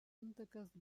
intakas